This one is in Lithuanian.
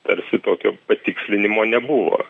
tarsi tokio patikslinimo nebuvo